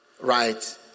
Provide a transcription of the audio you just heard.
right